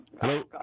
Hello